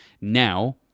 now